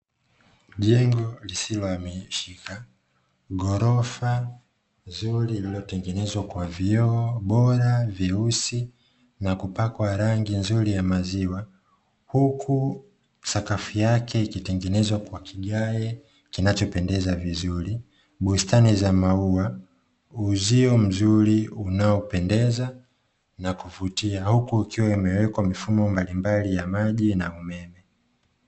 Jengo lisilohamishika, ghorofa zuri, lililotengenezwa kwa vioo bora, vyeusi na kupakwa rangi nzuri ya maziwa, huku sakafu yake ikitengenezwa kwa kigae kinachopendeza vizuri. Bustani za maua, uzio mzuri unaopendeza na kuvutia, huku ikiwa imewekwa mifumo mbalimbali ya maji na umeme.